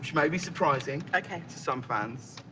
may be surprising some fans,